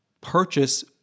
purchase